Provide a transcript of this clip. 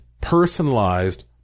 personalized